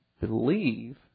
believe